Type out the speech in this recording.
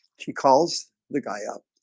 she calls the guy up